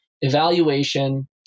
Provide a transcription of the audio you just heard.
evaluation